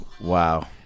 Wow